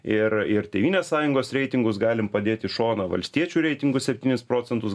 ir ir tėvynės sąjungos reitingus galim padėt į šoną valstiečių reitingus septynis procentus